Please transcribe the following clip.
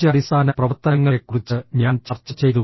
അഞ്ച് അടിസ്ഥാന പ്രവർത്തനങ്ങളെക്കുറിച്ച് ഞാൻ ചർച്ച ചെയ്തു